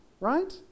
Right